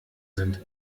sind